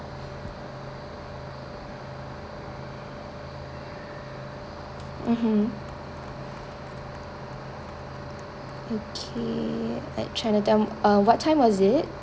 mmhmm okay at chinatown err what time was it